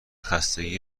خستگی